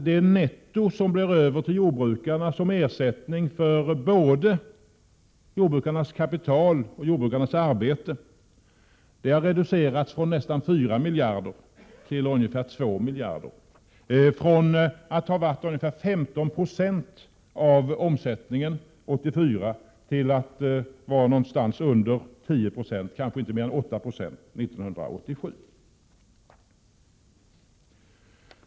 Det netto som blir över för jordbrukarna, som ersättning för både jordbrukarnas kapital och deras arbete, har reducerats från nästan 4 miljarder till ungefär 2 miljarder, från att ha varit ungefär 15 96 av omsättningen år 1984 till att vara någonstans under 10 90, kanske inte mer än 8 96, år 1987.